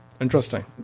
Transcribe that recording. Interesting